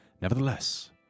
Nevertheless